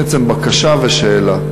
בעצם, בקשה ושאלה.